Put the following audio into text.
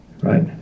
Right